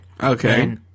Okay